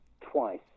twice